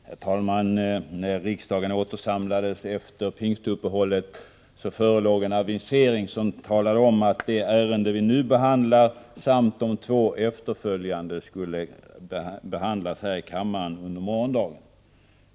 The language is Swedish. Herr talman! När riksdagen åter samlades efter pingstuppehållet förelåg en avisering som talade om, att det ärende vi nu diskuterar samt de två efterföljande skulle behandlas här i kammaren under morgondagen.